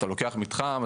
אתה לוקח מתחם,